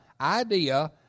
idea